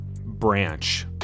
branch